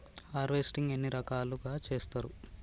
Harvesting ఎన్ని రకాలుగా చేస్తరు?